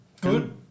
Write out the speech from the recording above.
Good